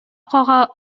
кага